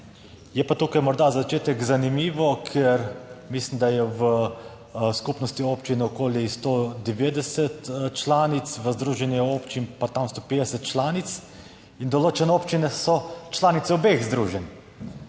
Je pa tukaj morda za začetek zanimivo, ker mislim, da je v skupnosti občin okoli 190 članic, v združenju občin pa okoli 150 članic in določene občine so članice obeh združenj,